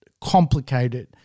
complicated